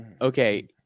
Okay